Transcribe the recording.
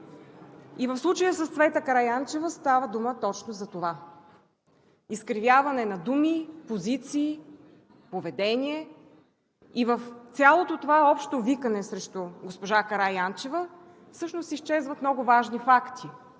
В случая с Цвета Караянчева става дума точно за това – изкривяване на думи, позиции, поведение. В цялото това общо викане срещу госпожа Караянчева всъщност изчезват много важни факти,